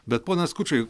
bet ponas skučai